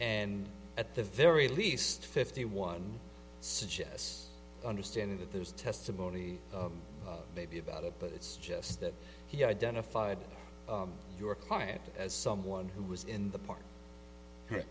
and at the very least fifty one suggests understanding that there's testimony maybe about it but it's just that he identified your client as someone who was in the park and